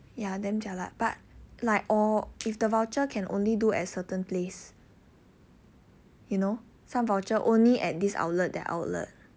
ya damn jialat but like or if the voucher can only do at certain place you know some voucher only at this outlet that outlet